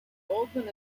goldman